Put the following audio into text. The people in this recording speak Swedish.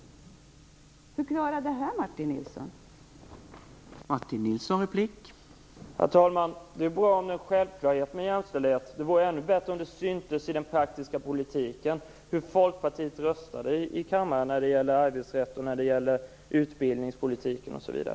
Förklara detta, Martin Nilsson!